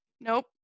nope